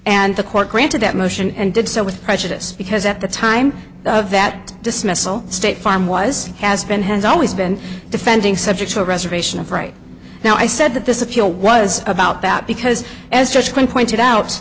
and the court granted that motion and did so with prejudice because at the time of that dismissal state farm was has been has always been defending subject to a reservation of right now i said that this appeal was about doubt because as judge when pointed out